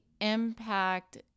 impact